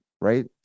right